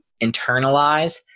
internalize